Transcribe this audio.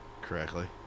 correctly